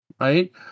right